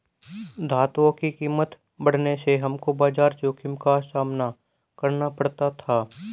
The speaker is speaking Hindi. धातुओं की कीमत बढ़ने से हमको बाजार जोखिम का सामना करना पड़ा था